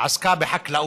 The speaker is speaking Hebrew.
עסקה בחקלאות.